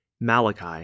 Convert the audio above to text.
Malachi